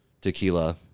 tequila